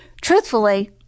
Truthfully